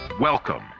Welcome